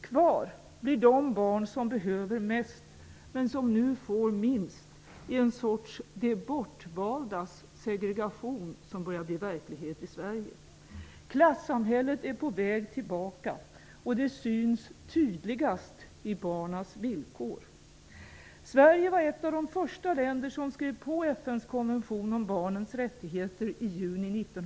Kvar blir de barn som behöver mest, men nu får minst i en sorts ''de bortvaldas segregation'' som börjar bli verklighet i Sverige. Klassamhället är på väg tillbaka -- och det syns tydligast i barnens villkor. Sverige var ett av de första länderna som skrev på 1990.